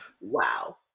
wow